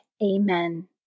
Amen